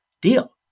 deal